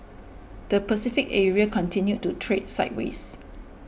the Pacific area continued to trade sideways